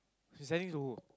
deciding to